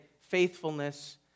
faithfulness